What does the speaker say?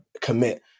commit